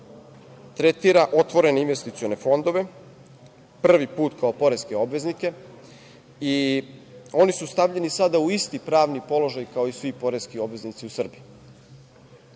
tretira otvorene investicione fondove prvi put kao poreske obveznike i oni su stavljeni sada u isti pravni položaj, kao i svi poreski obveznici u Srbiji.U